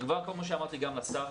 כמו שאמרתי גם לשר,